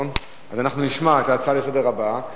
אז אנחנו נשמע את ההצעה הבאה לסדר-היום,